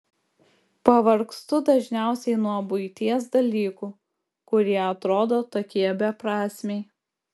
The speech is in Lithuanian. pavargstu dažniausiai nuo buities dalykų kurie atrodo tokie beprasmiai